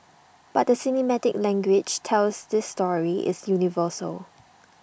but the cinematic language tells this story is universal